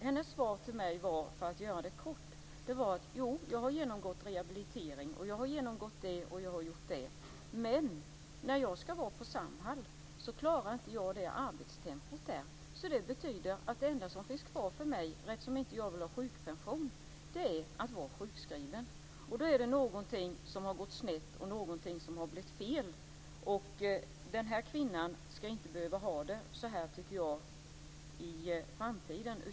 Hennes svar till mig var, för att göra det kort: Jo, jag har genomgått rehabilitering, och jag har genomgått det ena och det andra, men jag klarar inte arbetstempot på Samhall. Det betyder att det enda som finns kvar för mig, eftersom jag inte vill ha sjukpension, är att vara sjukskriven. Då är det någonting som har gått snett och blivit fel. Den här kvinnan ska inte behöva ha det så här i framtiden.